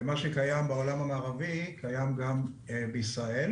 ומה שקיים בעולם המערבי קיים גם בישראל.